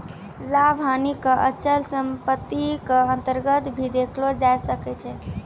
लाभ हानि क अचल सम्पत्ति क अन्तर्गत भी देखलो जाय सकै छै